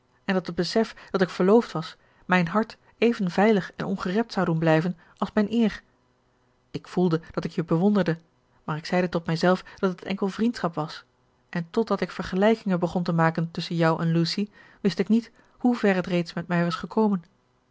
en dat het besef dat ik verloofd was mijn hart even veilig en ongerept zou doen blijven als mijne eer ik voelde dat ik je bewonderde maar ik zeide tot mijzelf dat het enkel vriendschap was en totdat ik vergelijkingen begon te maken tusschen jou en lucy wist ik niet hoever het reeds met mij was gekomen